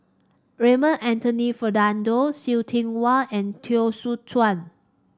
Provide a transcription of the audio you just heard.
Raymond Anthony Fernando See Tiong Wah and Teo Soon Chuan